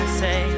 say